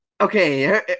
Okay